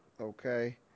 Okay